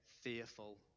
fearful